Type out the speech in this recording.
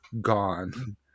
gone